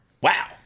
wow